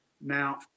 Now